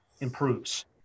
improves